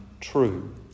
true